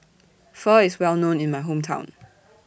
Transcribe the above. Pho IS Well known in My Hometown